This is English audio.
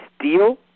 steal